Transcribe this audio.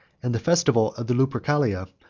and the festival of the lupercalia,